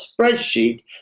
spreadsheet